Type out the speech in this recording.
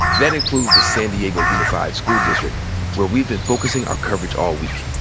that includes the san diego unified school district where we've been focusing our coverage all week.